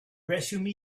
resume